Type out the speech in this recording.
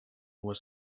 was